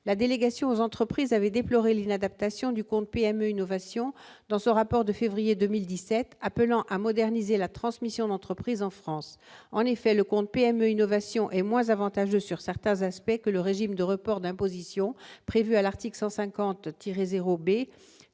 la délégation aux entreprises avaient déploré l'inadaptation du compte PME Innovation dans son rapport de février 2017 appelant à moderniser la transmission d'entreprises en France, en effet, le compte PMU une ovation et moins avantageux sur certains aspects, que le régime de report d'imposition prévue à l'article 150